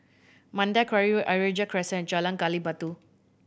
Mandai Quarry Ayer Rajah Crescent and Jalan Gali Batu